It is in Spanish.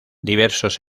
diversos